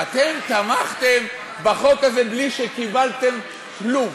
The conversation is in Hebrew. שאתן תמכתן בחוק הזה בלי שקיבלתן כלום,